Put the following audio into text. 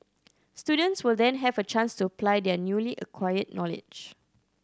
students will then have a chance to apply their newly acquired knowledge